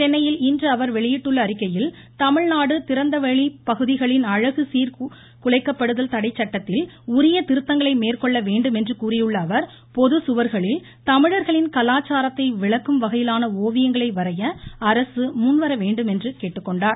சென்னையில் இன்று அவர் வெளியிட்டுள்ள அறிக்கையில் தமிழ்நாடு திறந்தவெளி பகுதிகளின் அழகு சீர்குலைக்கப்படுதல் தடை சட்டத்தில் உரிய திருத்தங்களை மேற்கொள்ள வேண்டும் என்று கூறியுள்ள அவர் பொது சுவர்களில் தமிழர்களின் கலாச்சாரத்தை விளக்கும் வகையிலான ஓவியங்களை வரைய அரசு முன்வர வேண்டும் என்று கேட்டுக்கொண்டார்